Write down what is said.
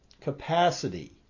capacity